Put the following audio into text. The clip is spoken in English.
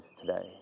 today